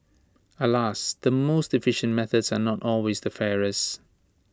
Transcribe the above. alas the most efficient methods are not always the fairest